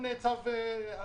בית המשפט המחוזי בנצרת,